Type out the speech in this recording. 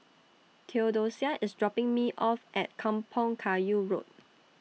Theodosia IS dropping Me off At Kampong Kayu Road